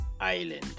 Island